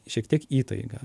šiek tiek įtaiga